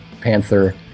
panther